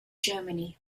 germany